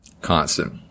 constant